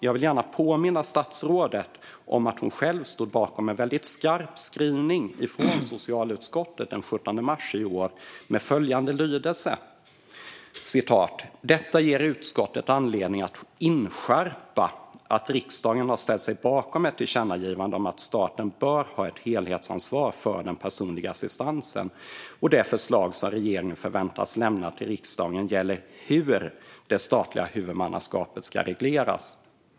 Jag vill gärna påminna statsrådet om att hon själv stod bakom en skarp skrivning från socialutskottet den 17 mars i år med följande lydelse: "Detta ger utskottet anledning att inskärpa att riksdagen har ställt sig bakom ett tillkännagivande om att staten bör ha ett helhetsansvar för den personliga assistansen och att det förslag som regeringen förväntas lämna till riksdagen gäller hur det statliga huvudmannaskapet ska regleras."